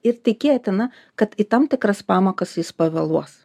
ir tikėtina kad į tam tikras pamokas jis pavėluos